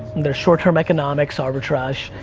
they're short-term economics, arbitrage,